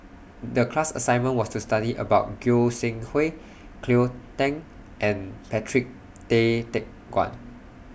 The class assignment was to study about Goi Seng Hui Cleo Thang and Patrick Tay Teck Guan